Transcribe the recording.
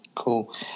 cool